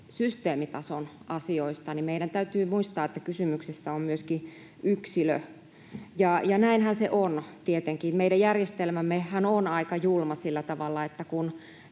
systeemitason asioista, niin meidän täytyy muistaa, että kysymyksessä on myöskin yksilö, ja näinhän se on tietenkin. Meidän järjestelmämmehän on aika julma sillä tavalla, että kun